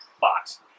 box